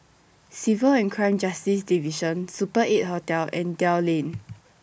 Civil and Crime Justice Division Super eight Hotel and Dell Lane